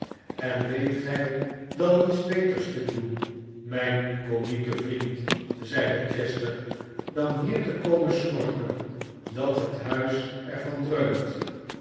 en weet gij dan niets beters te doen mijn komieke vriend zeide chester dan hier te komen snorken dat het huis er